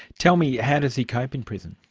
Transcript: tell me, how does he cope in prison?